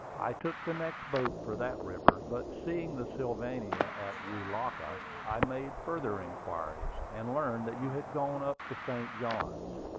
i took the next boat for that river, but seeing the sylvania at welaka, i made further inquiries, and learned that you had gone up the st. johns.